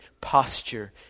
posture